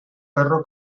perro